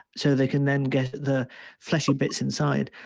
so they can then get the fleshy bits inside.